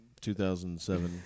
2007